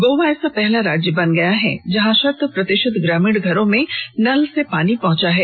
गोवा ऐसा पहला राज्य बन गया है जहां शत प्रतिशत ग्रामीण घरों में नल से पानी पहुंचा है